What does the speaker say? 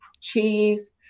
cheese